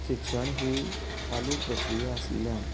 शिक्षण ही चालू प्रक्रीया आशिल्यान